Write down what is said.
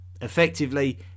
Effectively